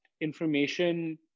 information